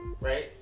Right